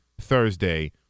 Thursday